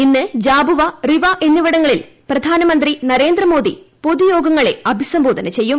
ഇന്ന് ജാബുവ റിവാ എന്നിവടങ്ങളിൽ പ്രധാനമന്ത്രി നരേന്ദ്രമോദി പൊതുയോഗങ്ങളെ അഭിസംബോധന ചെയ്യും